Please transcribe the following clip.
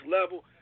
level